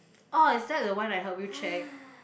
oh is that the one I help you check